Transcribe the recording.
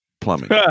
plumbing